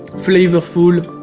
flavorful,